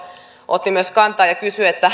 otti kantaa ja kysyi